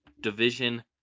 Division